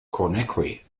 conakry